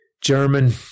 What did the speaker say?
German